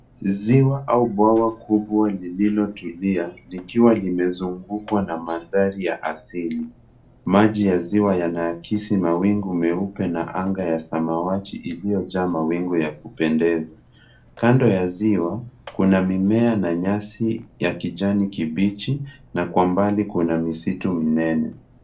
Ziwa au bwawa kubwa lililotulia likiwa limezungukwa na mandhari ya asili. Maji ya ziwa yanaakisi mawingu meupe na anga ya samawati iliyo jaa mawingu ya kupendeza. Kando ya ziwa kuna mimea na nyasi ya kijani kibichi na kwa mbali kuna misitu minene.